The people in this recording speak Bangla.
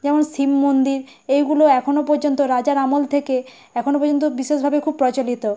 যেমন শিব মন্দির এইগুলো এখনও পর্যন্ত রাজার আমল থেকে এখনও পর্যন্ত বিশেষভাবে খুব প্রচলিত